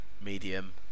medium